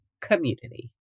community